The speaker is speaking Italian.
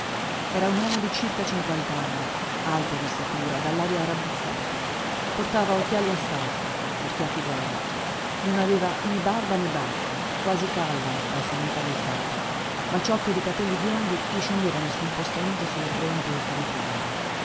era un uomo di circa cinquant'anni alto di statura dall'aria rabbuffata portava occhiali a staffa cerchiati d'oro non aveva né barba né baffi quasi calva la sommità del capo ma ciocche di capelli biondi gli scendevano scompostamente su la fronte e su le tempie